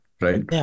right